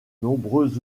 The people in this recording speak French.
nombreux